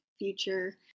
future